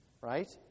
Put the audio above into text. right